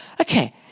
Okay